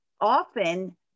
often